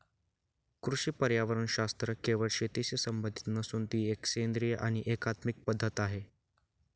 कृषी पर्यावरणशास्त्र केवळ शेतीशी संबंधित नसून ती एक सेंद्रिय आणि एकात्मिक पद्धत आहे